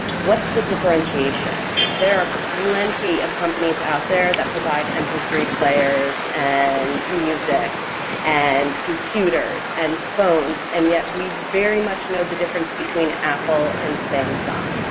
what's the differentiation? there are like plenty of companies out there that provide m p three players and music and computers and phones and yet we very much know the difference between apple and samsung.